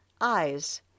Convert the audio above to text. Eyes